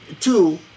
Two